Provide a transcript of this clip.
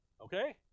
Okay